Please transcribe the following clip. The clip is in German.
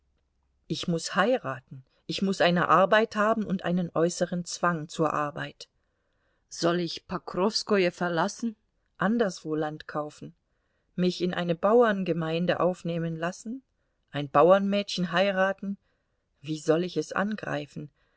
ich muß heiraten ich muß eine arbeit haben und einen äußeren zwang zur arbeit soll ich pokrowskoje verlassen anderswo land kaufen mich in eine bauerngemeinde aufnehmen lassen ein bauernmädchen heiraten wie soll ich es angreifen